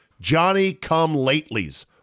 Johnny-come-latelys